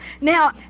Now